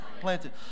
planted